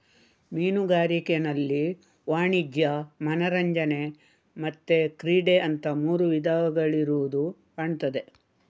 ಮೀನುಗಾರಿಕೆನಲ್ಲಿ ವಾಣಿಜ್ಯ, ಮನರಂಜನೆ ಮತ್ತೆ ಕ್ರೀಡೆ ಅಂತ ಮೂರು ವಿಧಗಳಿರುದು ಕಾಣ್ತದೆ